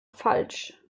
falsch